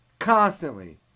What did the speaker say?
Constantly